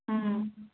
ꯎꯝ